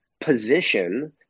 position